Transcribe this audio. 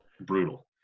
brutal